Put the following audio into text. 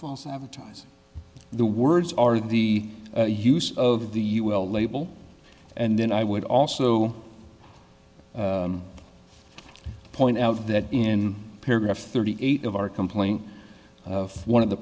false advertising the words are the use of the you will label and then i would also point out that in paragraph thirty eight of our complaint of one of the